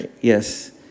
Yes